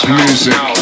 music